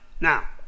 Now